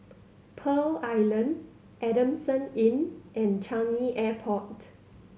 Pearl Island Adamson Inn and Changi Airport